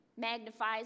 magnifies